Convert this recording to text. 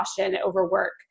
overwork